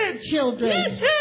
children